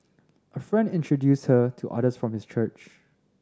a friend introduced her to others from his church